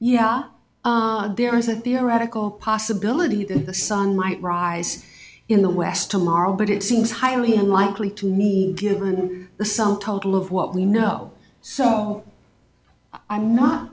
yeah there is a theoretical possibility that the sun might rise in the west tomorrow but it seems highly unlikely to me given the sum total of what we know so i'm not